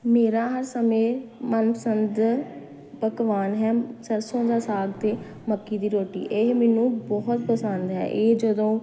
ਮੇਰਾ ਹਰ ਸਮੇਂ ਮਨਪਸੰਦ ਪਕਵਾਨ ਹੈ ਸਰਸੋਂ ਦਾ ਸਾਗ ਅਤੇ ਮੱਕੀ ਦੀ ਰੋਟੀ ਇਹ ਮੈਨੂੰ ਬਹੁਤ ਪਸੰਦ ਹੈ ਇਹ ਜਦੋਂ